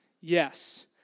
Yes